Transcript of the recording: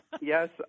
Yes